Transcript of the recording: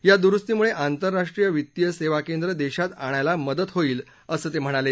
या दुरुस्तीमुळे आंतरराष्ट्रीय वित्तीय सेवा केंद्र देशात आणण्यात मदत होईल असं ते म्हणाले